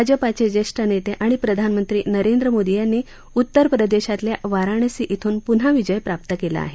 भाजपाचे ज्येष्ठ नेता आणि प्रधानमंत्री नरेंद्र मोदी यांनी उत्तरप्रदेशातल्या वाराणसी इथून प्न्हा विजय प्राप्त केला आहे